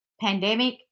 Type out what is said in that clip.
pandemic